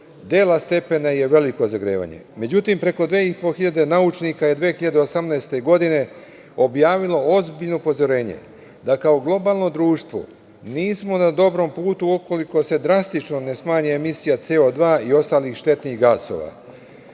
dela stepena je veliko zagrevanje. Međutim, preko 2.500 naučnika je 2018. godine objavilo ozbiljno upozorenje da, kao globalno društvo, nismo na dobrom putu ukoliko se drastično ne smanji emisija CO2 i ostalih štetnih gasova. Dobar